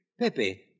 Pepe